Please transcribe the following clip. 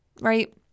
right